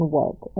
work